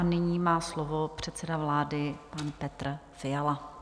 Nyní má slovo předseda vlády Petr Fiala.